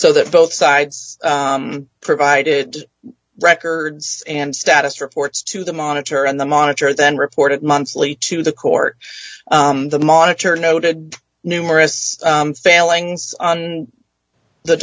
so that both sides provided records and status reports to the monitor and the monitor then reported monthly to the court the monitor noted numerous failings on the